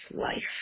life